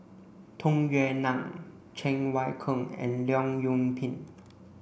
Tung Yue Nang Cheng Wai Keung and Leong Yoon Pin